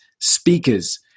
speakers